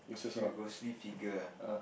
few ghostly figure ah